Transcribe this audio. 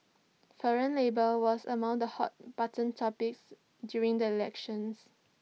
foreign labour was among the hot button topics during the elections